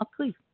Okay